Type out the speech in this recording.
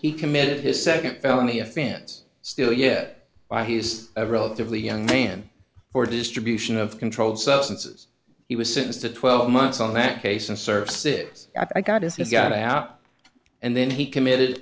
he committed his second felony offense still yet by he's a relatively young man for distribution of controlled substances he was sentenced to twelve months on that case and serve six i got as he's got out and then he committed